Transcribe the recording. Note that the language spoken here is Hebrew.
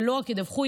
ולא רק ידווחו,